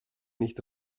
nicht